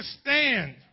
stand